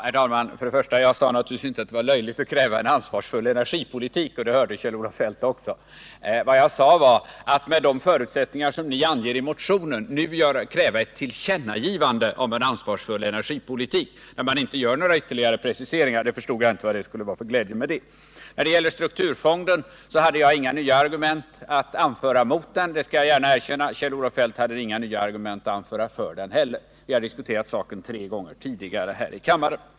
Herr talman! Jag sade naturligtvis inte att det var löjligt att kräva en ansvarsfull energipolitik. Det hörde nog Kjell-Olof Feldt också. Jag sade att jag inte förstod vad det skulle vara för glädje med att nu kräva ett tillkännagivande av en ansvarsfull energipolitik där man inte gör några ytterligare preciseringar. 81 Jag hade inga nya argument att anföra mot strukturfonden — det skall jag gärna erkänna — men Kjell-Olof Feldt hade heller inga nya argument att anföra för den. Vi har diskuterat saken tre gånger tidigare här i kammaren.